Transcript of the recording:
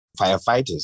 firefighters